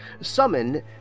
Summon